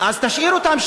יישוב.